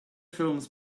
films